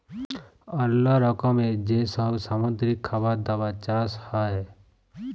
অল্লো রকমের যে সব সামুদ্রিক খাবার দাবার চাষ হ্যয়